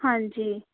ਹਾਂਜੀ